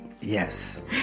yes